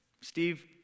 Steve